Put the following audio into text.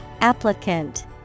Applicant